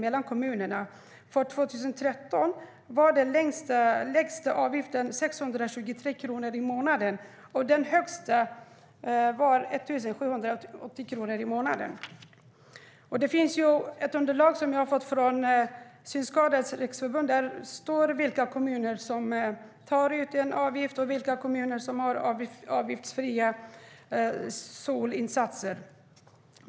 År 2013 var den lägsta avgiften 623 kronor i månaden, och den högsta var 1 780 kronor i månaden. I ett underlag som jag har fått från Synskadades Riksförbund står vilka kommuner som tar ut en avgift och vilka kommuner som har avgiftsfria SoL-insatser.